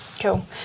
Cool